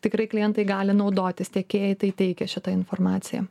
tikrai klientai gali naudotis tiekėjai tai teikia šitą informaciją